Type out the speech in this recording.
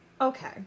Okay